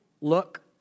look